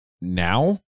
Now